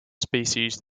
species